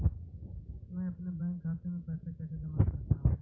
मैं अपने बैंक खाते में पैसे कैसे जमा कर सकता हूँ?